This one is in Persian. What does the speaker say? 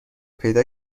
پیدا